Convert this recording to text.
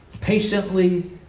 patiently